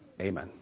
amen